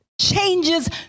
changes